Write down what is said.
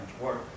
work